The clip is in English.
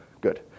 Good